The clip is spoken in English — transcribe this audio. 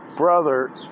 brother